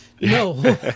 No